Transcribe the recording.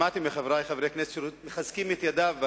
שמעתי מחברי חברי הכנסת שהם מחזקים את ידיו.